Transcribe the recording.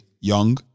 Young